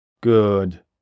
Good